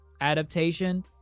adaptation